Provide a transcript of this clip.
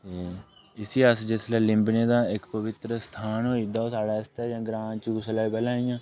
इसी अस जिसलै लिम्बने आं तां इक पावित्र स्थान होई जंदा ओह् स्हाड़े आस्तै ग्रांऽ च उसलै पैह्ले इ'यां